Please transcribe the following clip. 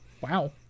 Wow